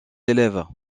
élèves